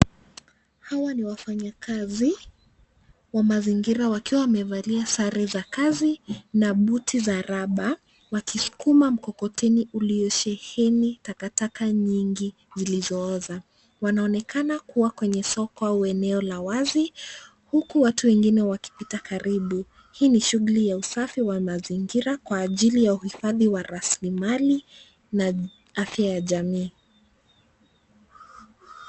Hawa ni wafanyakazi wa mazingira wakiwa wamevalia sare za kazi na buti za raba wakiskuma mkokoteni uliosheheni takataka nyingi zilizo oza. Wanaonekana kuwa kwenye soko au eneo la wazi. Huku watu wengine wakipita karibu. Hii ni shughuli ya usafi wa mazingira kwa ajili ya uhifadhi wa raslimali na afya ya jamii.